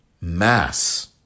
mass